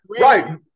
right